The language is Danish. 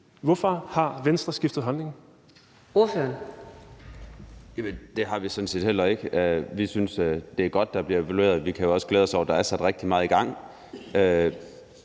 Hvorfor har Venstre skiftet holdning?